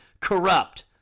corrupt